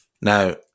Now